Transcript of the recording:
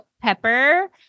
Pepper